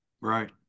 Right